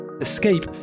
Escape